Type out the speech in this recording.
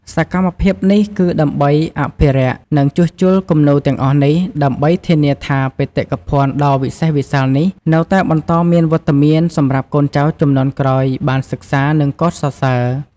សកម្មភាពនេះគឺដើម្បីអភិរក្ស និងជួសជុលគំនូរទាំងអស់នេះ ដើម្បីធានាថាបេតិកភណ្ឌដ៏វិសេសវិសាលនេះនៅតែបន្តមានវត្តមានសម្រាប់កូនចៅជំនាន់ក្រោយបានសិក្សា និងកោតសរសើរ។